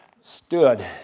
stood